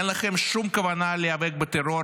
אין לכם שום כוונה להיאבק בטרור,